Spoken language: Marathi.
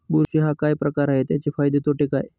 बुरशी हा काय प्रकार आहे, त्याचे फायदे तोटे काय?